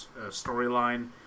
storyline